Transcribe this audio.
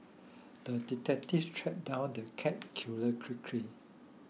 the detective tracked down the cat killer quickly